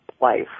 life